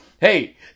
Hey